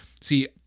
see